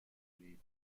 leben